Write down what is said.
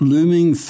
Looming